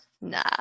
nah